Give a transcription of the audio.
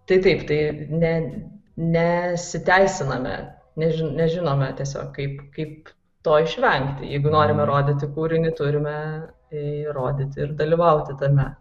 tai taip tai ne nesiteisiname ne nežinome tiesiog kaip kaip to išvengti jeigu norime rodyti kūrinį turime jį rodyti ir dalyvauti tame